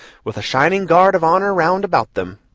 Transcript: with a shining guard of honor round about them.